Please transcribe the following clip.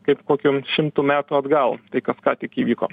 kaip kokiu šimtu metų atgal tai kas ką tik įvyko